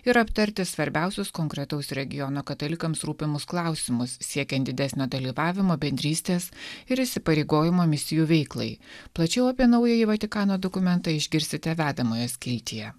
ir aptarti svarbiausius konkretaus regiono katalikams rūpimus klausimus siekiant didesnio dalyvavimo bendrystės ir įsipareigojimo misijų veiklai plačiau apie naująjį vatikano dokumentą išgirsite vedamoje skiltyje